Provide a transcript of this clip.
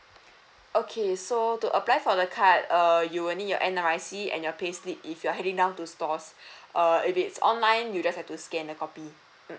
okay so to apply for the card err you will need your N_R_I_C and your payslip if you are heading down to stores err if it's online you just have to scan a copy mm